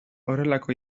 horrelako